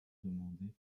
demander